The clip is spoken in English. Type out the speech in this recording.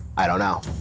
i don't know,